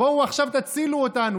בואו עכשיו תצילו אותנו,